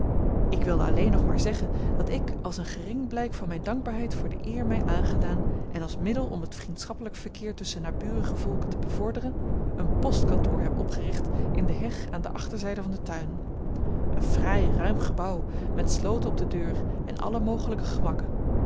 ik wilde alleen nog maar zeggen dat ik als een gering blijk van mijn dankbaarheid voor de eer mij aangedaan en als middel om het vriendschappelijk verkeer tusschen naburige volken te bevorderen een postkantoor heb opgericht in de heg aan de achterzijde van den tuin een fraai ruim gebouw met sloten op de deur en alle mogelijke gemakken